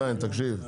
תקשיב,